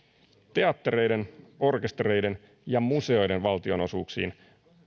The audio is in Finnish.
teattereiden orkestereiden ja museoiden valtionosuuksiin